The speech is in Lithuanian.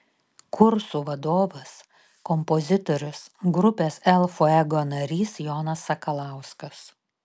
kursų vadovas kompozitorius grupės el fuego narys jonas sakalauskas